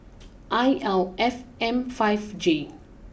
I L F M five J